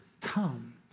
come